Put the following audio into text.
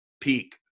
peak